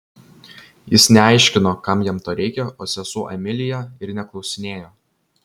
jis neaiškino kam jam to reikia o sesuo emilija ir neklausinėjo